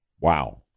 Wow